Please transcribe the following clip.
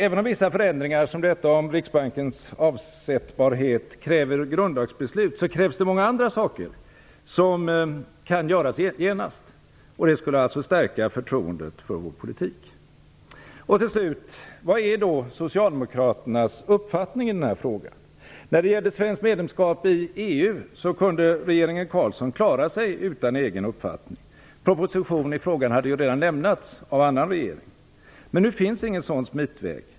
Även om vissa förändringar, som detta om riksbankschefens oavsättbarhet, kräver grundlagsbeslut, krävs det många andra saker som kan göras genast. Det skulle stärka förtroendet för vår politik. Till slut: Vilken är socialdemokraternas uppfattning i den här frågan? När det gäller svenskt medlemskap i EU kunde regeringen Carlsson klara sig utan egen uppfattning. Proposition i frågan hade redan lagts fram av en annan regering. Men nu finns ingen sådan smitväg.